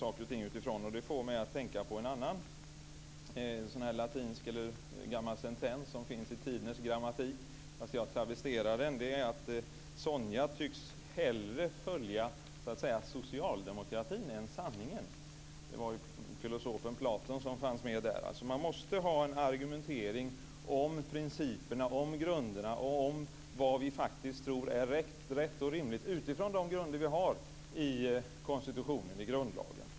Det får mig att tänka på en annan gammal sentens som finns i Lidners grammatik - dock travesterat här - och det är att Sonia hellre tycks följa socialdemokratin än sanningen - filosofen Platon finns alltså med där. Man måste ha en argumentering om principerna, om grunderna och om vad vi faktiskt tror är rätt och rimligt utifrån de grunder vi har i konstitutionen, i grundlagen.